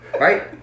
right